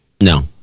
No